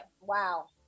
wow